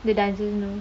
the doesn't know